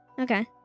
Okay